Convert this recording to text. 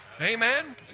Amen